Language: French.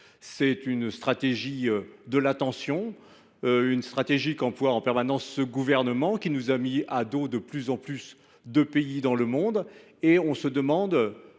Cette stratégie de la tension, c’est celle qu’emploie en permanence ce gouvernement ; elle nous a mis à dos de plus en plus de pays dans le monde. On se demande,